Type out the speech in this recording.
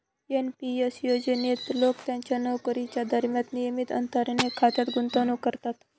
NP S योजनेत लोक त्यांच्या नोकरीच्या दरम्यान नियमित अंतराने खात्यात गुंतवणूक करतात